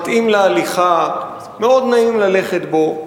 מתאים להליכה, מאוד נעים ללכת בו,